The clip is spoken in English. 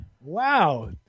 Wow